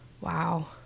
Wow